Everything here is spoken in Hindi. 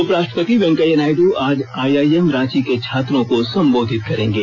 उपराष्ट्रपति वेंकैया नायड् आज आइआइएम रांची के छात्रों को संबोधित करेंगे